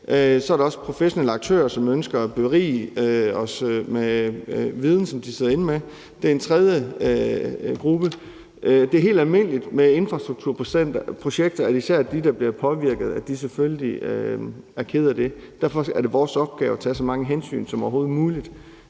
Så er der også professionelle aktører, som ønsker at berige os med viden, som de sidder inde med; det er en tredje gruppe. Det er helt almindeligt i forbindelse med infrastrukturprojekter, at især dem, der bliver påvirket, selvfølgelig er kede af det. Derfor er det vores opgave at tage så mange hensyn som overhovedet muligt